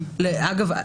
אגב,